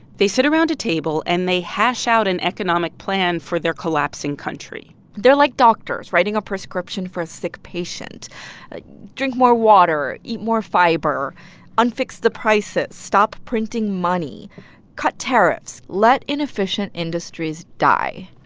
they sit around a table, and they hash out an economic plan for their collapsing country they're like doctors writing a prescription for a sick patient drink more water eat more fiber unfix the prices stop printing money cut tariffs let inefficient industries die.